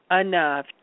enough